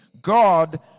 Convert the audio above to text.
God